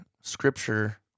scripture